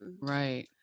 Right